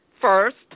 First